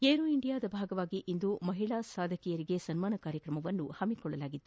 aero ಇಂಡಿಯಾದ ಭಾಗವಾಗಿ ಇಂದು ಮಹಿಳಾ ಸಾಧಕಿಯರಿಗೆ ಸನ್ನಾನ ಕಾರ್ಯಕ್ರಮ ಏರ್ಪಡಿಸಲಾಗಿತ್ತು